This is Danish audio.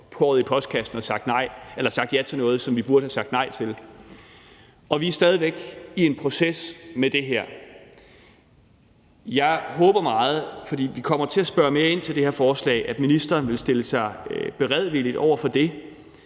håret i postkassen og have sagt ja til noget, som vi burde have sagt nej til. Og vi er stadig væk i en proces med det her. Jeg håber meget, for vi kommer til at spørge mere ind til det her forslag, at ministeren vil stille sig beredvilligt over for det.